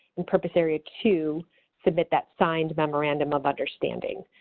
and purpose area two submit that signed memorandum of understanding.